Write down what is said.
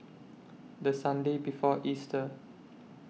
The Sunday before Easter